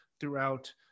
throughout